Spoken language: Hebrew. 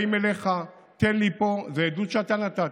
באים אליך: תן לי פה, זאת עדות שאתה נתת.